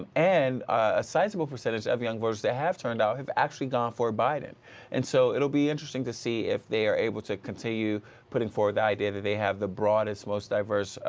um and a sizable percentage of young voters that have turned out have actually gone for biden and so it will be interesting to see if they are able to continue putting forth the idea that they have the broadest, most diverse